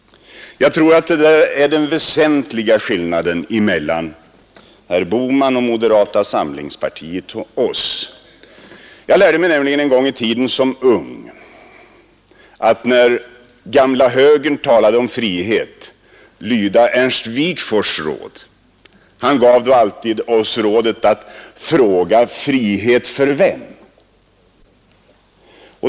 Jag tror att vi här har den väsentliga skillnaden mellan å ena sidan herr Bohman och moderata samlingspartiet och å andra sidan oss. Jag lärde mig nämligen en gång i tiden som ung att, när gamla högern talade om frihet, lyda Ernst Wigforss” råd. Han gav oss rådet att fråga: Frihet för vem?